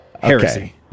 heresy